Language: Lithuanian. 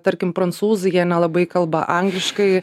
tarkim prancūzai jie nelabai kalba angliškai